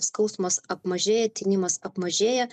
skausmas apmažėja tinimas apmažėja